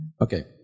Okay